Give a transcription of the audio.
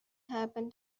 happen